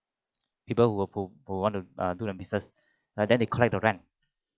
people who were who want to do business and then they collect the rent